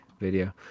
Video